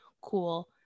cool